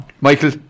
Michael